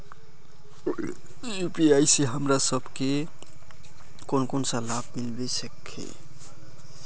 UPI से हमरा सब के कोन कोन सा लाभ मिलबे सके है?